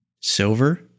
Silver